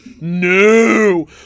No